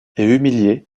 humilié